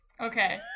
Okay